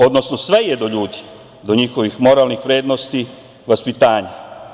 Odnosno, sve je do ljudi, do njihovih moralnih vrednosti, vaspitanja.